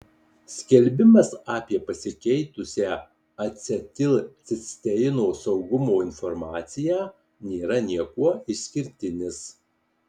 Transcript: skelbimas apie pasikeitusią acetilcisteino saugumo informaciją nėra niekuo išskirtinis